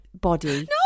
body